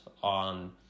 on